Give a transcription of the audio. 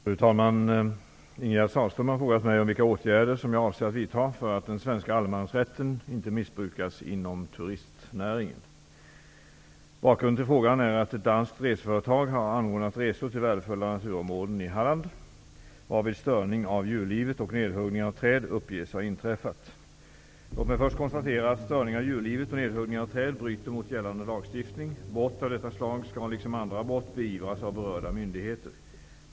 Fru talman! Ingegerd Sahlström har frågat mig om vilka åtgärder jag avser att vidta för att den svenska allemansrätten inte skall missbrukas inom turistnäringen. Bakgrunden till frågan är att ett danskt reseföretag har anordnat resor till värdefulla naturområden i Halland, varvid störning av djurlivet och nedhuggning av träd uppges ha inträffat. Låt mig först konstatera att störning av djurlivet och nedhuggning av träd bryter mot gällande lagstiftning. Brott av detta slag skall liksom andra brott beivras av berörda myndigheter.